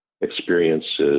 experiences